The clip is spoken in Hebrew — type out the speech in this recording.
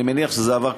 אני מניח שזה עבר,